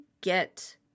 get